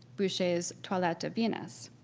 boucher's toilette de venus.